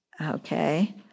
Okay